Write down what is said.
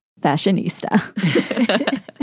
fashionista